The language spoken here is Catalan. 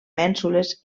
mènsules